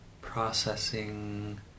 processing